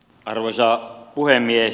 arvoisa puhemies